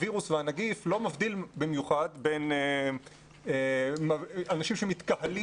הווירוס והנגיף לא מבדיל במיוחד בין אנשים שמתקהלים